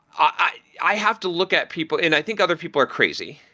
i i have to look at people and i think other people are crazy,